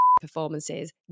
performances